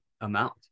amount